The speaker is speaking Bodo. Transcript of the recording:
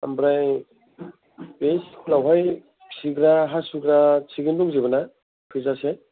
ओमफ्राय बे स्कुल आवहाय खिग्रा हासुग्रा थिगैनो दंजोबो ना थोजासे